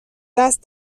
دست